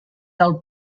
del